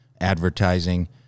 advertising